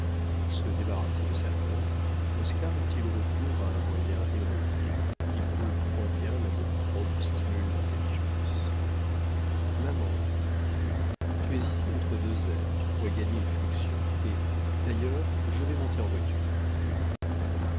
pour se débarrasser de sa mère oscar eut-il recours à un moyen héroïque qui prouve combien l'amour-propre stimule l'intelligence maman dit-il tu es ici entre deux airs tu pourrais gagner une fluxion et d'ailleurs je vais monter en voiture